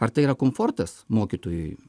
ar tai yra komfortas mokytojui